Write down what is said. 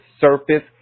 surface